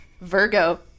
Virgo